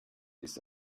ist